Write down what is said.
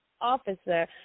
Officer